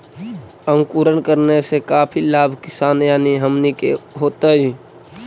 अंकुरण करने से की लाभ किसान यानी हमनि के होतय?